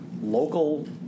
local